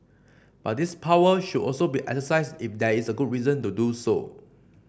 but this power should also be exercised if there is a good reason to do so